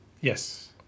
Yes